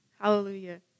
Hallelujah